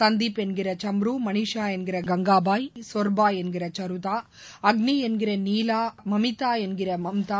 சந்தீப் என்கிற சம்ரு மணிஷா என்கிற காங்காபாய் சொர்பா என்கிற சுருதா அக்னி என்கிற நீலா மமிதா என்கிற மம்தா